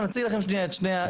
אבל נציג לכם שנייה את שני הצדדים.